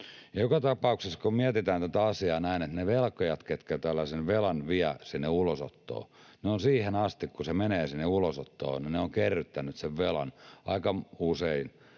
Joka tapauksessa, kun mietitään tätä asiaa näin, ne velkojat, ketkä tällaisen velan vievät sinne ulosottoon, ovat siihen asti, kun se menee sinne ulosottoon, kerryttäneet sen velan aika usein